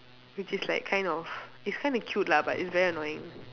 which is like kind of it's kind of cute lah but it's very annoying